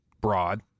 broad